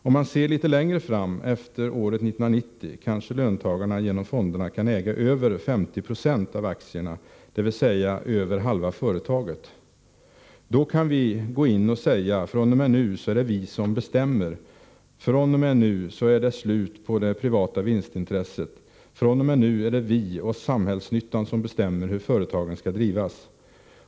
Om man ser lite längre fram, efter året 1990, kanske löntagarna, genom fonderna, kan äga över 50 procent av aktierna, det vill säga över halva företaget. Då kan vi gå in och säga, från och med nu är det vi som bestämmer, från och med nu är det slut på det privata vinstintresset, från och med nu är det vi och samhällsnyttan som bestämmer hur företagen ska drivas.